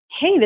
hey